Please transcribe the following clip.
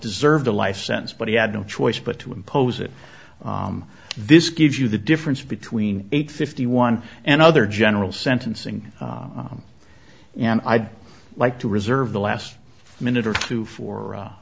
deserved a life sentence but he had no choice but to impose it this gives you the difference between eight fifty one and other general sentencing and i'd like to reserve the last minute or two for